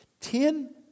Ten